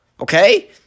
Okay